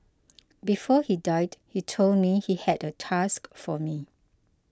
before he died he told me he had a task for me